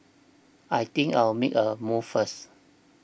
I think I'll make a move first